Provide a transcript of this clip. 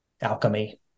alchemy